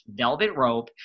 velvetrope